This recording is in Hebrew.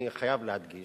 אני חייב להדגיש